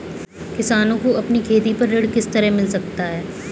किसानों को अपनी खेती पर ऋण किस तरह मिल सकता है?